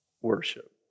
worship